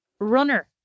Runner